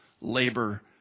labor